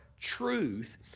truth